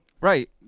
right